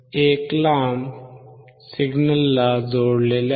एक लांब सिग्नलला जोडलेले आहे